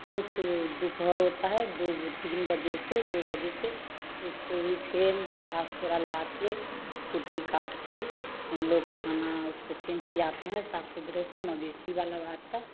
फिर से दोपहर होता है दो तीन बजे से दो बजे से उसको भी फिर घास थोड़ा लाकर कुत्ते काट कर हम लोग खाना उसको फिर खियाते हैं साफ़ सुथरे से मवेशी वाला बात है